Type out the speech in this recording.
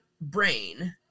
brain